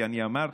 כי אני אמרתי,